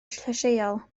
llysieuol